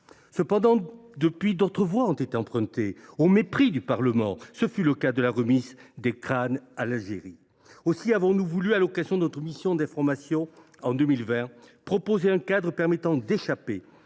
Cependant, depuis lors, d’autres voies ont été empruntées, au mépris du Parlement. Ce fut le cas pour la restitution de crânes à l’Algérie. Aussi avons nous voulu, à l’occasion de notre mission d’information de 2020, proposer un cadre permettant d’échapper